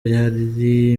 hari